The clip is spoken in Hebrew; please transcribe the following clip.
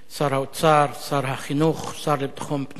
שר האוצר, שר החינוך, השר לביטחון פנים,